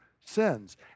sins